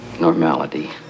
normality